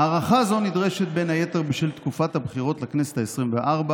הארכה זו נדרשת בין היתר בשל תקופת הבחירות לכנסת העשרים-וארבע